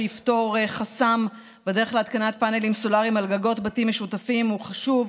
שיפתור חסם בדרך להתקנת פאנלים סולריים על גגות בתים משותפים הוא חשוב,